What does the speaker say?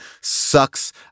sucks